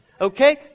Okay